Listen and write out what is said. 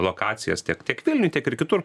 lokacijas tiek tiek vilniuj tiek ir kitur